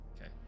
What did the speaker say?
Okay